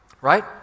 right